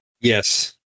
Yes